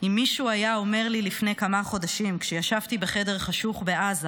"אם מישהו היה אומר לי לפני כמה חודשים כשישבתי בחדר חשוך בעזה,